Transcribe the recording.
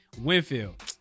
Winfield